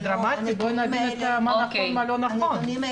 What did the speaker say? בוא נבין מה נכון ומה לא נכון.